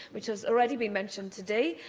which has already been mentioned today.